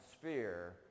sphere